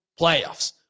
playoffs